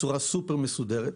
בצורה סופר מסודרת.